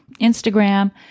Instagram